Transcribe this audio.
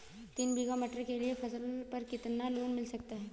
तीन बीघा मटर के लिए फसल पर कितना लोन मिल सकता है?